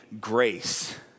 grace